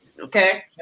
Okay